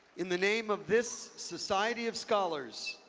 in the name of this society of scholars,